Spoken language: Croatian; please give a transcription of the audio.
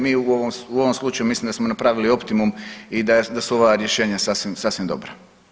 Mi u ovom slučaju mislim da smo napravili optimum i da su ova rješenja sasvim, sasvim dobra.